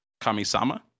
Kamisama